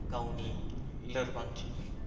गावनि लोरबांथि